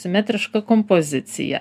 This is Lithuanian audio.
simetriška kompozicija